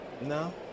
no